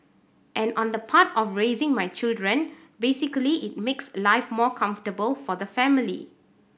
and on the part of raising my children basically it makes life more comfortable for the family